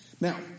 Now